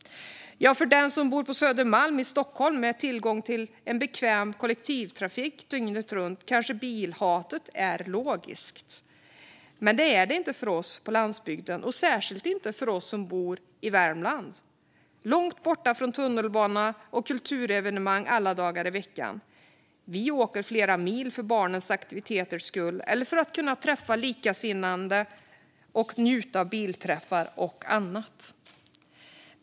För den som bor på Södermalm i Stockholm med tillgång till en bekväm kollektivtrafik dygnet runt kanske bilhatet är logiskt. Men det är det inte för oss på landsbygden och särskilt inte för oss som bor i Värmland långt borta från tunnelbana och kulturevenemang alla dagar i veckan. Vi åker flera mil för barnens aktiviteters skull eller för att kunna träffa likasinnade och njuta av bilträffar och annat.